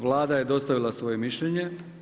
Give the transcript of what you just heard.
Vlada je dostavila svoje mišljenje.